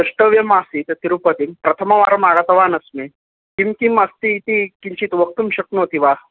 द्रष्तव्यम् आसीत् तिरुपतिं प्रथमवारम् आगतवान् अस्मि किं किम् अस्ति इति किञ्चित् वक्तुं शक्नोति वा